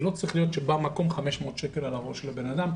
זה לא צריך להיות במקום 500 שקלים על הראש של הבן אדם.